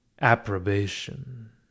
approbation